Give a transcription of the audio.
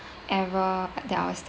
ever there's